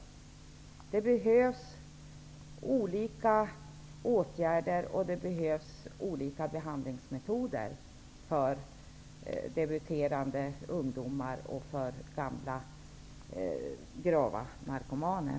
Det behövs olika åtgärder och olika behandlingsmetoder för unga debuterande och för gamla grava narkomaner.